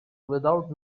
without